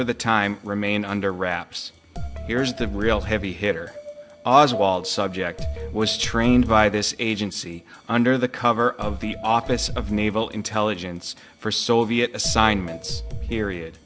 for the time remain under wraps here's the real heavy hitter oswald subject was trained by this agency under the cover of the office of naval intelligence for soviet assignments period